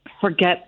forget